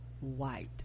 white